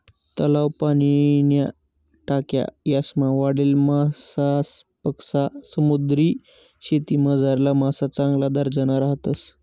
तलाव, पाणीन्या टाक्या यासमा वाढेल मासासपक्सा समुद्रीशेतीमझारला मासा चांगला दर्जाना राहतस